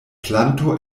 planto